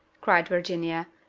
cried virginia,